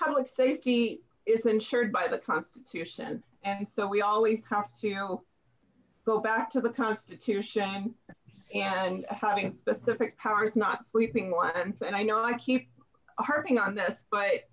public safety is ensured by the constitution and so we always have to go back to the constitution and having specific powers not sweeping lens and i know i keep harping on this but